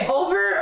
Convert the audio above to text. over